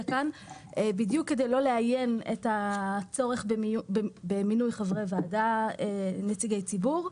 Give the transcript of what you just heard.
כאן וזאת בדיוק כדי לא לאיין את הצורך במינוי חברי ועדה נציגי ציבור.